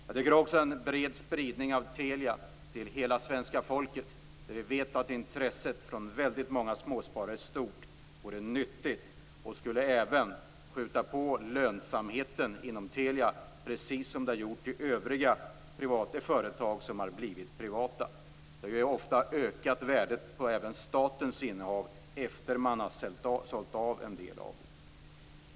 Jag tycker att det skall vara en bred spridning av Telia till hela svenska folket. Vi vet att intresset hos många småsparare är stort. Det är nyttigt och skulle även skjuta på lönsamheten inom Telia, precis som det har gjort i övriga företag som har blivit privata. Det har ofta ökat värdet på statens innehav efter det att en del har sålts av.